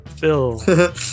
Phil